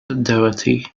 dorothy